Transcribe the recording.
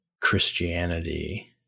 Christianity